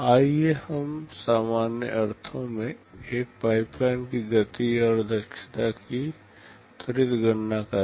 आइए हम सामान्य अर्थों में एक पाइपलाइन की गति और दक्षता की त्वरित गणना करें